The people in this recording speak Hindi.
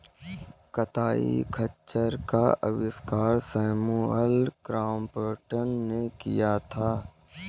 कताई खच्चर का आविष्कार सैमुअल क्रॉम्पटन ने किया था